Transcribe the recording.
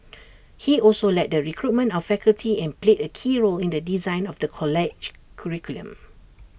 he also led the recruitment of faculty and played A key role in the design of the college's curriculum